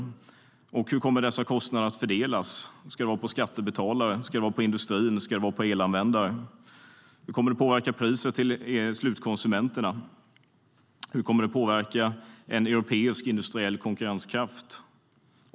Hur kommer dessa kostnader att fördelas? Ska det vara på skattebetalare? Ska det vara på industri? Ska det vara på elanvändare? Hur kommer det att påverka priset till slutkonsumenterna? Hur kommer det att påverka europeisk industriell konkurrenskraft?